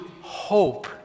hope